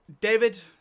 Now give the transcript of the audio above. david